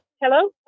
Hello